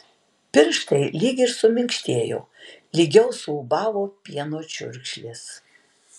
pirštai lyg ir suminkštėjo lygiau suūbavo pieno čiurkšlės